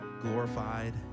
glorified